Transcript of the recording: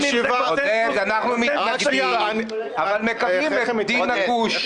עודד, אנחנו מתנגדים, אבל מקבלים את דין הגוש.